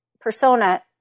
persona